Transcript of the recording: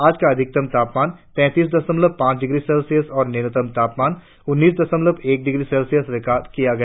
आज का अधिकतम तापमान तैतीस दशमलव पांच डिग्री सेल्सियस और न्यूनतम तापमान उन्नीस दशमलव एक डिग्री सेल्सियस रिकार्ड किया गया